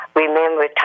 remember